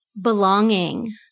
belonging